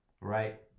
right